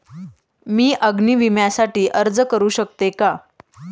मी अग्नी विम्यासाठी अर्ज करू शकते का?